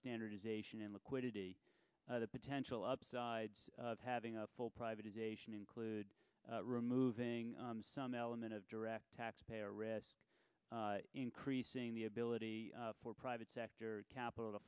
standardization and liquidity the potential upsides of having a full privatization include removing some element of direct tax payer risk increasing the ability for private sector capital to